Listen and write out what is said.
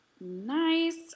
Nice